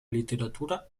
literatura